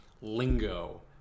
lingo